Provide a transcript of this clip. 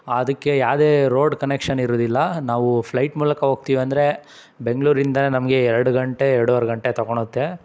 ಅದಕ್ಕೆ ಯಾವುದೇ road connection ಇರುವುದಿಲ್ಲ ನಾವು ಫ್ಲೈಟ್ ಮೂಲಕ ಹೋಗ್ತೀವಂದರೆ ಬೆಂಗಳೂರಿಂದನೇ ನಮಗೆ ಎರಡು ಗಂಟೆ ಎರಡೂವರೆ ಗಂಟೆ ತೊಗೊಳುತ್ತೆ